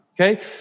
okay